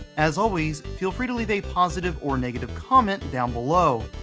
as always, feel free to leave a positive or negative comment down below.